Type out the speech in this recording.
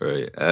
Right